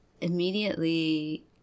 immediately